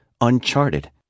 Uncharted